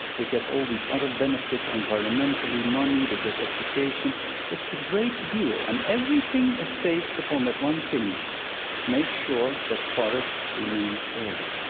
they get all these other benefits environmentally, money, they get education it's a great deal. and everything is based upon that one thing make sure that forest remains there.